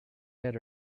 had